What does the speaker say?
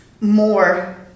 More